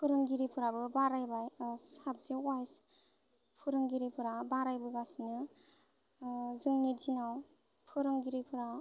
फोरोंगिरिफ्राबो बारायबाय subject wise फोरोंगिरिफोरा बारायबोगासिनो जोंनि दिनाव फोरोंगिरिफोरा